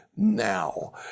now